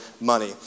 money